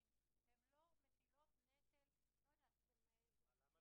מפעיל מסגרת יודיע לא יאוחר מ-21 ימים למי